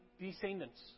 descendants